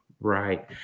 Right